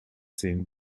zehn